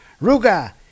Ruga